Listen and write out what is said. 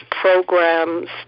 programs